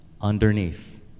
underneath